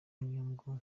inyungu